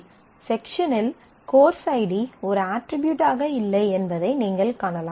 எனவே E R மாடலில் செக்ஷனில் கோர்ஸ் ஐடி ஒரு அட்ரிபியூட்டாக இல்லை என்பதை நீங்கள் காணலாம்